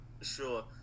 sure